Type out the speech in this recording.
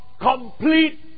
complete